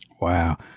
Wow